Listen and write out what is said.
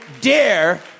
dare